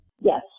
Yes